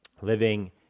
living